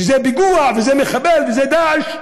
שזה פיגוע, וזה מחבל, וזה "דאעש",